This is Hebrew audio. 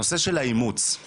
נושא האימוץ,